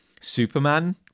Superman